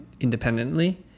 independently